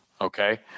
okay